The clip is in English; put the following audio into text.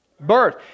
Birth